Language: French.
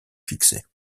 fixées